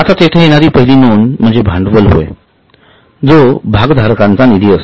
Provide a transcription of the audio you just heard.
आता तेथे येणारी पहिली नोंद म्हणजे भांडवल होयजो भागधारकांचा निधी असतो